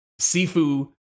Sifu